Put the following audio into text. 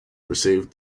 receive